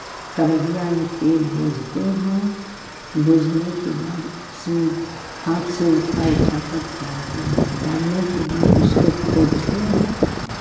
कड़हियाँ में तेल बोझते हैं बोझने के बाद उसमें हाथ से उठा उठा कर डालते हैं डालने के बाद उसको खोदते हैं